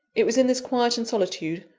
it was in this quiet and solitude,